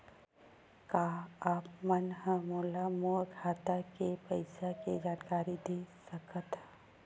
का आप मन ह मोला मोर खाता के पईसा के जानकारी दे सकथव?